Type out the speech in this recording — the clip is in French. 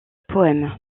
poèmes